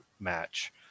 match